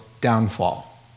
downfall